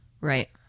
Right